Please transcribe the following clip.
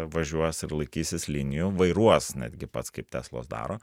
važiuos ir laikysis linijų vairuos netgi pats kaip teslos daro